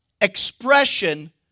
expression